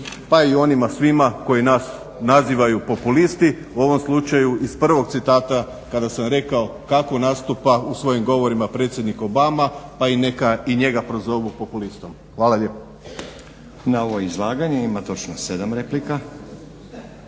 pa i u onima svima koji nas nazivaju populisti, u ovom slučaju iz prvog citata kada sam rekao kako nastupa u svojim govorima predsjednik Obama, pa neka i njega prozovu populistom. Hvala lijepa. **Stazić, Nenad (SDP)** Na ovo izlaganje ima točno 7 replika.